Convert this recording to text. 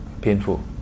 painful